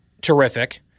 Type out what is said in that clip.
terrific